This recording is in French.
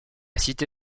cité